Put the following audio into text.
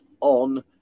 on